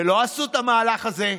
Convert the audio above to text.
ולא עשו את המהלך הזה.